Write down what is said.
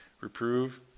reprove